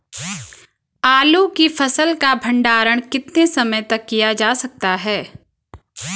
आलू की फसल का भंडारण कितने समय तक किया जा सकता है?